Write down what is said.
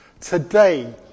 today